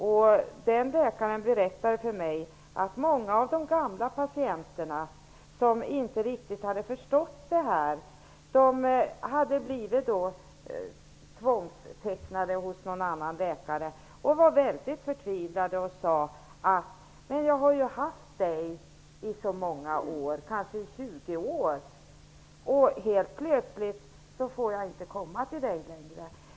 Den här läkaren berättade för mig att många av de gamla patienterna, som inte riktigt hade förstått detta, hade blivit tvångstecknade hos en annan läkare. De var väldigt förtvivlade och sade till sin läkare: Jag har ju haft dig i många år, kanske i 20 år, men helt plötsligt får jag inte komma till dig längre.